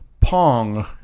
pong